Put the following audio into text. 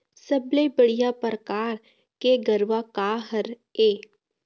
सबले बढ़िया परकार के गरवा का हर ये?